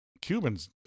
Cubans